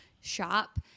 shop